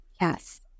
Yes